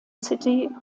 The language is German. city